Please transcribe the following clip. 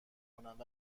کنند